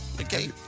Okay